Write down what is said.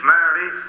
Mary